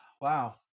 wow